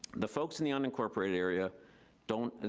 the folks in the unincorporated area don't, and